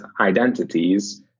identities